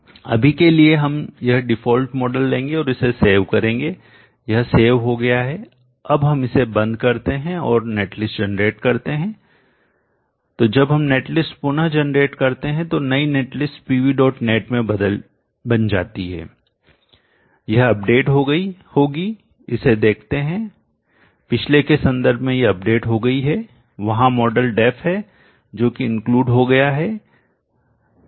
अभी के लिए हम यह डिफॉल्ट मॉडल लेंगे और इसे सेव करेंगे यह सेव हो गया है अब हम इसे बंद करते हैं और नेटलिस्ट जनरेट करते हैं तो जब हम नेट लिस्ट पुनः जनरेट करते हैं तो नई नेट लिस्ट pvnet में बन जाती है यह अपडेटअद्यतन हो गई होगी इसे देखते हैं पिछले के संदर्भ में यह अपडेट हो गई है वहां मॉडल Def है जो कि इंक्लूड हो गया है और यह pvsub में है